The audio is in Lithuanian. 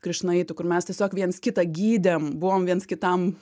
krišnaitu kur mes tiesiog viens kitą gydėm buvom viens kitam